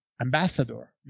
ambassador